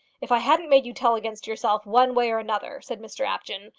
if i hadn't made you tell against yourself one way or another, said mr apjohn,